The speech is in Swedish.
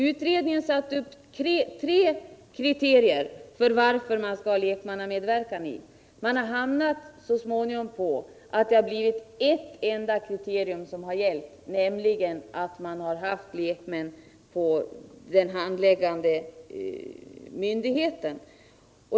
Utredningen har satt upp tre kriterier för lekmannamedverkan. Så småningom har det blivit ett enda argument som gällt, nämligen att man haft lekmän på den handläggande myndigheten.